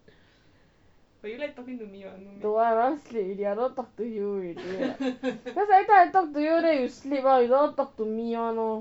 don't want I rather sleep already I don't want to talk to you already lah cause every time I talk to you then you sleep [one] you don't want to talk to me [one] lor